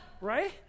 right